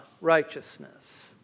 righteousness